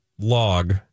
log